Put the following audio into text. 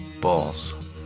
Balls